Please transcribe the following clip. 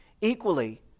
Equally